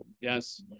Yes